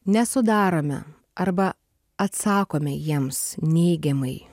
nesudarome arba atsakome jiems neigiamai